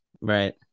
right